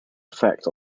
effect